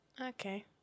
Okay